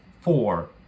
four